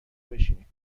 بشینیم